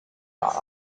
are